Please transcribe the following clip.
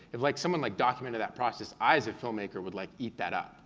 if like someone like documented that process, i, as a filmmaker, would like eat that up.